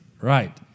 Right